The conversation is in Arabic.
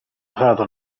هذا